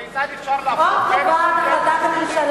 הכיצד אפשר להפלות בין סטודנט לסטודנט?